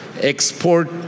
export